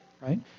right